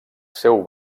seu